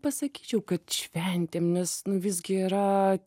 pasakyčiau kad šventėm nes nu visgi yra